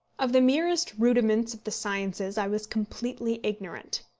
of the merest rudiments of the sciences i was completely ignorant.